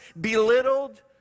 belittled